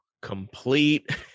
complete